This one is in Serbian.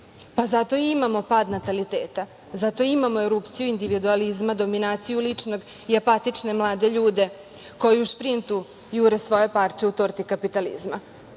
Zato i imamo pad nataliteta. Zato imamo erupciju individualizma, dominaciju ličnog i apatične mlade ljude koji u sprintu jure svoje parče u torti kapitalizma. Ja